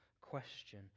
question